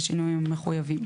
בשינויים המחויבים.